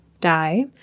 die